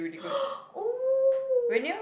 !woo!